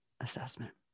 assessment